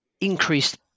increased